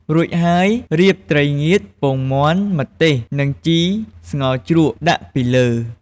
រួចហើយ រៀបត្រីងៀត ពងមាន់ ម្ទេស និងជីសោ្ងរជ្រក់ដាក់ពីលើ។